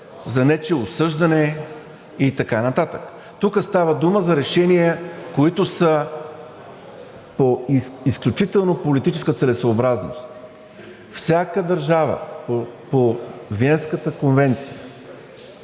за нечие осъждане и така нататък. Тук става дума за решения, които са по изключително политическа целесъобразност. Всяка държава по Виенската конвенция